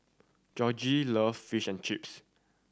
Georgie love Fish and Chips